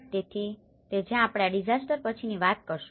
તેથી તે જ્યાં આપણે આ ડીઝાસ્ટર પછીની વાત કરીશું